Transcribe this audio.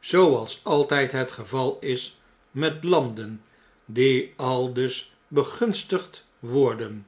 zooals altgd het gevalismet landen die aldus begunstigd worden